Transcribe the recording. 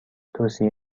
توصیه